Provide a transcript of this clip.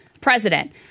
president